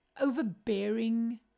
overbearing